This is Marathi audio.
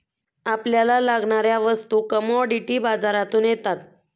आपल्याला लागणाऱ्या वस्तू कमॉडिटी बाजारातून येतात